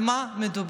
על מה מדובר?